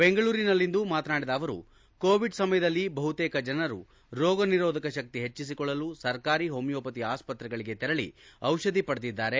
ಬೆಂಗಳೂರಿನಲ್ಲಿಂದು ಮಾತನಾಡಿದ ಅವರು ಕೋವಿಡ್ ಸಮಯದಲ್ಲಿ ಬಹುತೇಕ ಜನರು ರೋಗ ನಿರೋಧಕ ಶಕ್ತಿ ಹೆಚ್ಚುಕೊಳ್ಳಲು ಸರ್ಕಾರಿ ಹೋಮಿಯೋಪತಿ ಆಸ್ಪತ್ರೆಗಳಿಗೆ ತೆರಳಿ ದಿಷಧಿ ಪಡೆದಿದ್ದಾರೆ